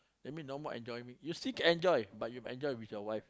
that mean no more enjoyment you still can enjoy but you enjoy with your wife